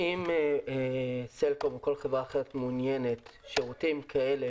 אם סלקום או כל חברה אחרת מעוניינת בשירותים כאלה,